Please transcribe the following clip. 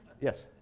Yes